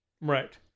Right